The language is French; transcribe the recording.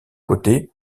côtés